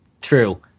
True